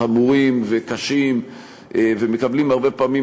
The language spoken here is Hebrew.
חמורים וקשים ומקבלים הרבה פעמים